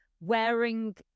wearing